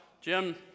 Jim